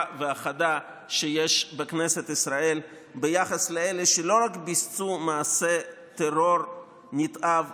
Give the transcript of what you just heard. והחדה שיש בכנסת ישראל ביחס לאלה שלא רק ביצעו מעשה טרור נתעב,